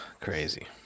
Crazy